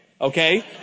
Okay